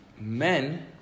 Men